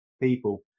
people